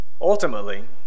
Ultimately